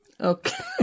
okay